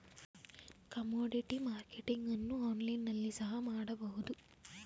commodity marketing ಅನ್ನು online ನಲ್ಲಿ ಸಹ ಮಾಡಬಹುದು